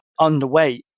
underweight